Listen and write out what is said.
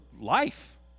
life